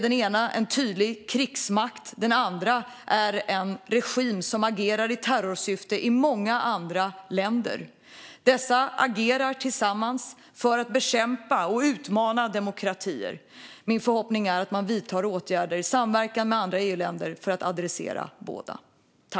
Den ena är en tydlig krigsmakt. Den andra är en regim som agerar i terrorsyfte i många andra länder. De agerar tillsammans för att utmana och bekämpa demokratier. Min förhoppning är att Sverige vidtar åtgärder i samverkan med andra EU-länder för att adressera båda.